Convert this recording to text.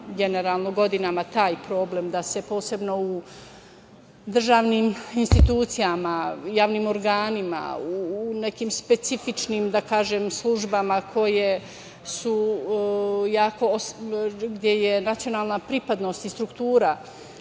generalno godinama taj problem da se posebno u državnim institucijama, javnim organima, u nekim specifičnim, da kažem, službama koje su jako osetljive, gde je nacionalna pripadnost i struktura